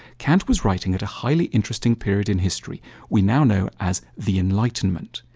kant was writing at a highly interesting period in history we now know as the enlightenment.